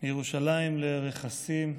מירושלים לרכסים,